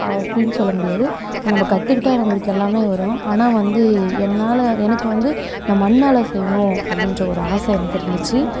அப்படீனு சொல்லமுடியாது நம்ம கற்றுக்கிட்டா நம்மளுக்கு எல்லாமே வரும் ஆனால் வந்து என்னால் எனக்கு வந்து நான் மண்ணால் செய்யணும் அப்படீன்ற ஒரு ஆசை எனக்கு இருந்திச்சு